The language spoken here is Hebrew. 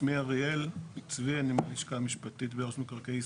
שמי אריאל צבי אני מהלשכה המשפטית ברשות מקרקעי ישראל.